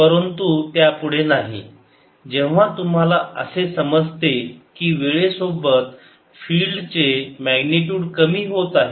परंतु त्यापुढे नाही जेव्हा तुम्हाला असे समजते की वेळेसोबत फिल्ड चे मॅग्निट्युड कमी होत आहे